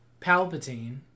Palpatine